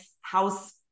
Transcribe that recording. house